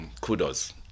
kudos